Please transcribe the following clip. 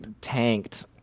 tanked